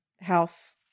house